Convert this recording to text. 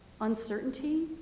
uncertainty